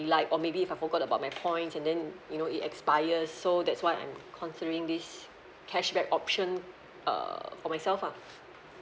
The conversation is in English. really like or maybe if I forgot about my points and then you know it expire so that's why I'm considering this cashback option uh for myself ah